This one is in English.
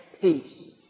peace